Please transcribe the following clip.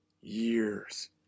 years